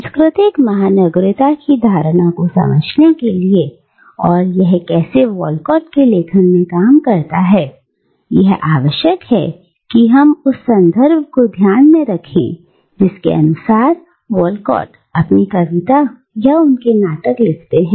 सांस्कृतिक महानगरीयता की धारणा को समझने के लिए और यह कैसे वॉलकॉट के लेखन में काम करता है यह आवश्यक है कि हम उस संदर्भ को ध्यान में रखें जिसके अनुसार वॉलकॉट अपनी कविता यह उनके नाटक लिखते हैं